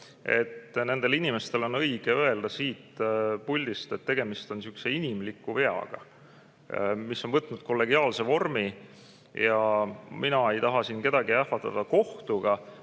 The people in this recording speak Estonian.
nendele inimestele on õige öelda siit puldist, et tegemist on sihukese inimliku veaga, mis on võtnud kollegiaalse vormi. Ma ei taha siin kedagi ähvardada kohtuga,